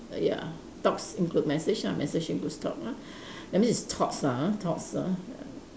ya talks include message ah message includes talk lah that mean it's talks ah talks ah ya